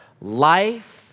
Life